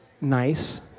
nice